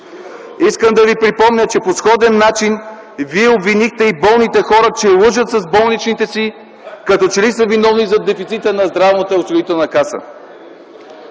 Искам да ви припомня, че по сходен начин вие обвинихте и болните хора, че лъжат с болничните си, като че ли са виновни за дефицита на Здравноосигурителната каса.